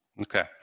Okay